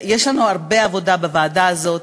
יש לנו הרבה עבודה בוועדה הזאת,